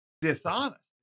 dishonest